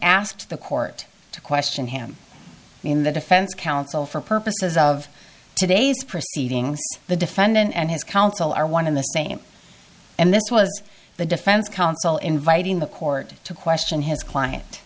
asked the court to question him in the defense counsel for purposes of today's proceedings the defendant and his counsel are one in the same and this was the defense counsel inviting the court to question his client